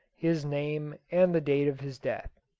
his name, and the date of his death.